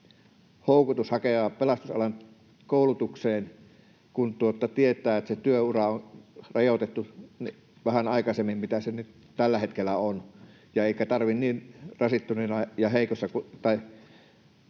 houkutus hakea pelastusalan koulutukseen, kun tietää, että se työura on rajoitettu vähän aikaisemmin kuin mitä se nyt tällä hetkellä on eikä tarvitse niin rasittuneena ja heikossa